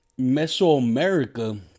Mesoamerica